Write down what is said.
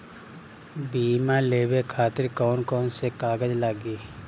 बीमा लेवे खातिर कौन कौन से कागज लगी?